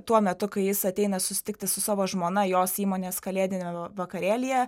tuo metu kai jis ateina susitikti su savo žmona jos įmonės kalėdiniame vakarėlyje